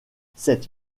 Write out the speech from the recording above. cette